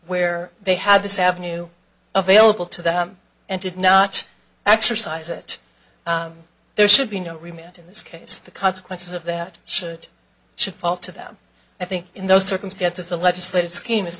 where they have this avenue available to them and did not exercise it there should be no remit in this case the consequences of that should should fall to them i think in those circumstances the legislative scheme is